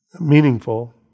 meaningful